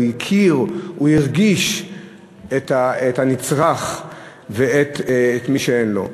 הוא הכיר, הוא הרגיש את הנצרך ואת מי שאין לו.